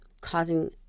causing